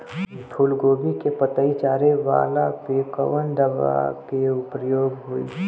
फूलगोभी के पतई चारे वाला पे कवन दवा के प्रयोग होई?